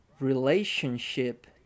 relationship